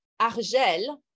ARGEL